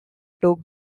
took